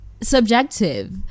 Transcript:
subjective